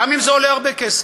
גם אם זה עולה הרבה כסף.